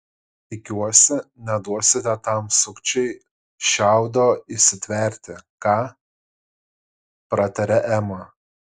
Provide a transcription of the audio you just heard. tikiuosi neduosite tam sukčiui šiaudo įsitverti ką pratarė ema